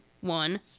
one